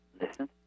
listen